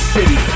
City